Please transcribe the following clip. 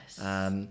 Yes